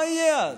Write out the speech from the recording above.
מה יהיה אז?